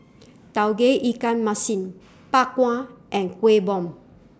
Tauge Ikan Masin Bak Kwa and Kueh Bom